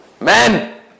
Men